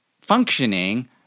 functioning